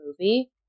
movie